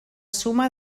suma